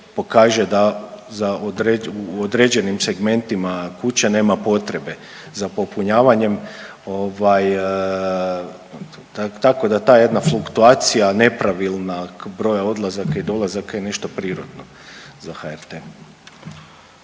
određene, u određenim segmentima kuće nema potrebe za popunjavanjem ovaj tako da ta jedna fluktuacija nepravilna broja odlazaka i dolazaka je nešto prirodno za HRT.